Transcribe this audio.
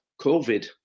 COVID